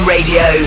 Radio